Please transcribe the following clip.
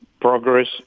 progress